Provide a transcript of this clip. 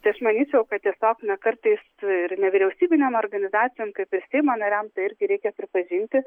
tai aš manyčiau kad tiesiog na kartais ir nevyriausybinėm organizacijom kaip ir seimo nariam tai irgi reikia pripažinti